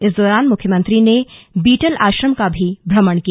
इस दौरान मुख्यमंत्री ने बीटल आश्रम का भी भ्रमण किया